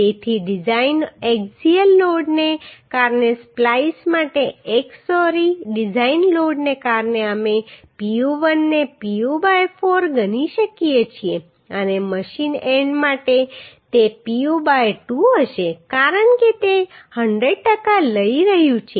તેથી design axial લોડને કારણે સ્પ્લાઈસ માટે એક્સ સોરી ડિઝાઈન લોડને કારણે અમે Pu1 ને Pu by 4 ગણી શકીએ છીએ અને મશીન એન્ડ માટે તે Pu by 2 હશે કારણ કે તે 100 ટકા લઈ રહ્યું છે